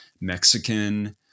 Mexican